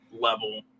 level